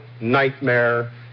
nightmare